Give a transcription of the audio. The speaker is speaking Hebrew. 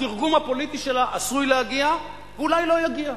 התרגום הפוליטי שלה עשוי להגיע, ואולי לא יגיע.